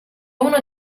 uno